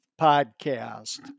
podcast